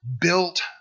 built